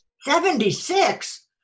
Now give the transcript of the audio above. Seventy-six